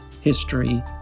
history